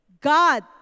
God